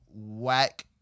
Whack